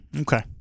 Okay